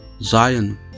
Zion